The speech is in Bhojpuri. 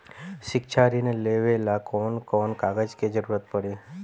शिक्षा ऋण लेवेला कौन कौन कागज के जरुरत पड़ी?